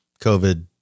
COVID